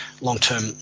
long-term